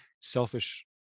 selfish